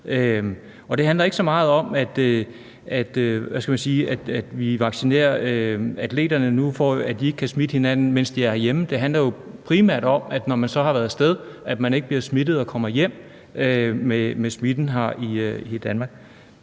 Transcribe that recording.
det handler ikke så meget om, at vi vaccinerer atleterne nu, for at de ikke kan smitte hinanden, mens de er herhjemme; det handler jo primært om, at man, når man så er af sted, ikke bliver smittet og kommer hjem med smitten til Danmark.